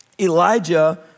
Elijah